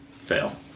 Fail